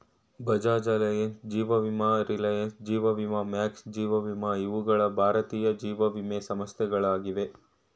Bajaj Allianz, ಜೀವ ವಿಮಾ ರಿಲಯನ್ಸ್, ಜೀವ ವಿಮಾ ಮ್ಯಾಕ್ಸ್, ಜೀವ ವಿಮಾ ಇವುಗಳ ಭಾರತೀಯ ಜೀವವಿಮೆ ಸಂಸ್ಥೆಗಳಾಗಿವೆ